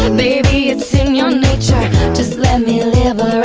and baby it's in your nature just let me liberate